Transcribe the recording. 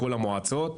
בכל המועצות.